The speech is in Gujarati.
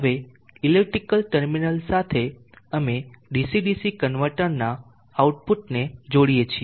હવે ઇલેક્ટ્રિકલ ટર્મિનલ્સ સાથે અમે DC DC કન્વર્ટરના આઉટપુટને જોડીએ છીએ